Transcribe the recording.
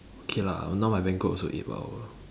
okay lah now my banquet also eight per hour